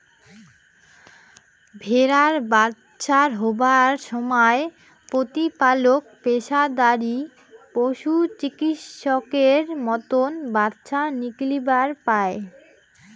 ভ্যাড়ার বাচ্চা হবার সমায় প্রতিপালক পেশাদারী পশুচিকিৎসকের মতন বাচ্চা নিকলিবার পায়